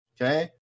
okay